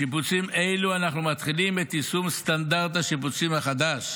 בשיפוצים אלו אנחנו מתחילים את יישום סטנדרט השיפוצים החדש